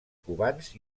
cubans